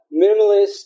minimalist